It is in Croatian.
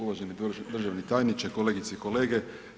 Uvaženi državni tajniče, kolegice i kolege.